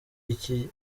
iki